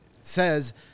says –